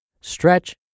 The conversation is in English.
stretch